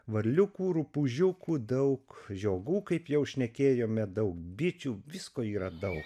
varliukų rupūžiukų daug žiogų kaip jau šnekėjome daug bičių visko yra daug